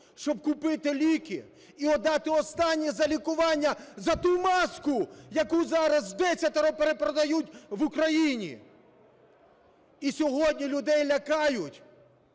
Щоб купити ліки і віддати останнє за лікування, за ту маску, яку зараз вдесятеро перепродають в Україні. І сьогодні людей лякають